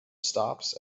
stops